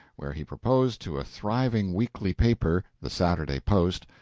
where he proposed to a thriving weekly paper, the saturday post,